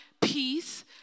peace